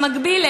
במקביל,